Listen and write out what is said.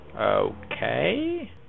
Okay